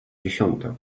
dziesiąta